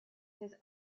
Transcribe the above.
his